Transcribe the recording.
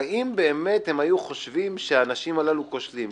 האם באמת הם היו חושבים שהאנשים הללו כושלים?